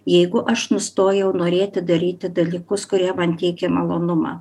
jeigu aš nustojau norėti daryti dalykus kurie man teikia malonumą